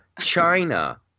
China